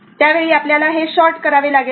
त्या वेळी आपल्याला हे शॉर्ट करावे लागेल